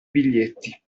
biglietti